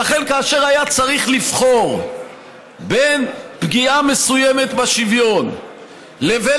לכן כאשר היה צריך לבחור בין פגיעה מסוימת בשוויון לבין